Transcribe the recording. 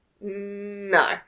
No